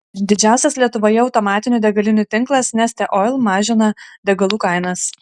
didžiausias lietuvoje automatinių degalinių tinklas neste oil mažina degalų kainas